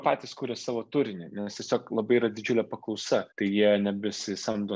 patys kuria savo turinį nes tiesiog labai yra didžiulė paklausa tai jie nebesisamdo